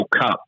Cup